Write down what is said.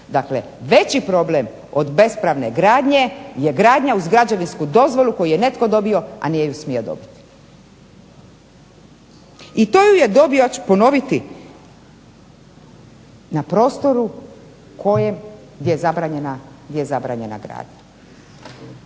Dakle, veći problem od bespravne gradnje je gradnja uz građevinsku dozvolu koju je netko dobio, a nije ju smio dobiti. I to ju je dobio, ja ću ponoviti, na prostoru gdje je zabranjena gradnja.